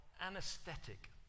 anesthetic